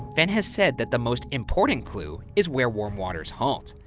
fenn has said that the most important clue is where warm waters halt,